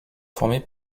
formé